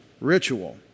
ritual